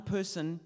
person